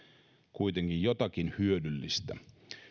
kuitenkin jotakin hyödyllistä